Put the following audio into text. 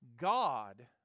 God